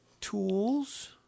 tools